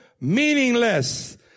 meaningless